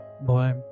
boy